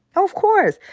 of course.